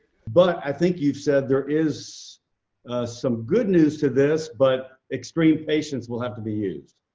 but i think you said there is some good news to this, but extreme patience will have to be used.